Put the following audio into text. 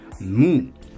moon